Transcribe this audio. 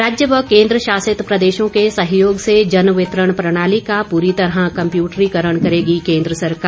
राज्य व केन्द्र शासित प्रदेशों के सहयोग से जनवितरण प्रणाली का पूरी तरह कम्पयूटरीकरण करेगी केन्द्र सरकार